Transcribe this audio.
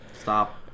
Stop